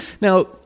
Now